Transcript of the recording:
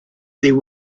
there